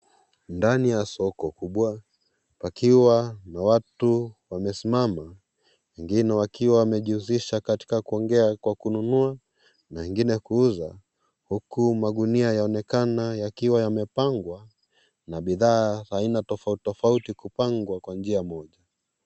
Ndani ya soko kubwa, pakiwa na watu wamesimama. Wengine wakiwa wamejihusisha katika kuongea kwa kununua na wengine kuuza. Huku magunia yaonekana yakiwa yamepangwa na bidhaa aina tofauti tofauti kupangwa kwa njia moja.